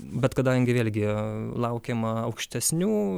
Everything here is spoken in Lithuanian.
bet kadangi vėlgi laukiama aukštesnių